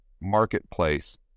marketplace